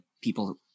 people